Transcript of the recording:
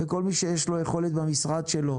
כל מי שיש לו יכולת במשרד שלו,